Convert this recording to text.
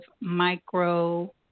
micro